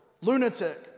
lunatic